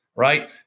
Right